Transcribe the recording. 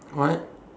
what